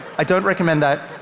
i don't recommend that.